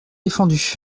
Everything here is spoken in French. défendu